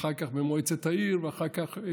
אחר כך במועצת העיר ואחר כך,